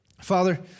Father